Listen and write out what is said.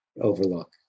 overlook